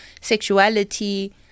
sexuality